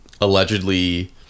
allegedly